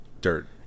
dirt